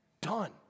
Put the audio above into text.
done